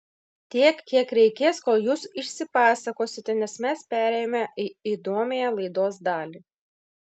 tiek kiek reikės kol jūs išsipasakosite nes mes perėjome į įdomiąją laidos dalį